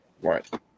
Right